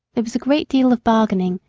there was a great deal of bargaining,